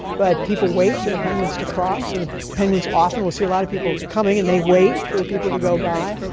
but people wait for the penguins to cross, and the penguins often will see a lot of people coming and they wait for the people to go by.